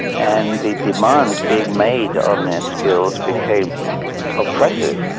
and the demands being made on their skills became oppressive,